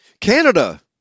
Canada